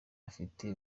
afite